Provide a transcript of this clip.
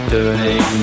Turning